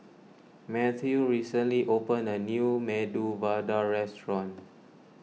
Matthew recently opened a new Medu Vada restaurant